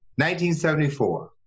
1974